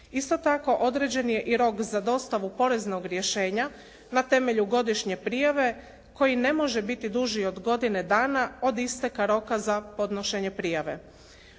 Isto tako određen je i rok za dostavu poreznog rješenja na temelju godišnje prijave koji ne može biti duži od godine dana od isteka roka za podnošenje prijave.